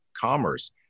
commerce